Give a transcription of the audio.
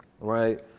right